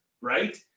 right